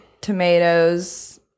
tomatoes